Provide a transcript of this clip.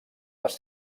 les